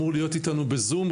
אמור להיות איתנו בזום.